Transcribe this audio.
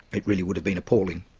it really would have been appalling.